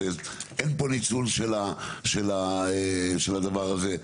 אין פה ניצול של הדבר הזה.